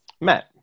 Matt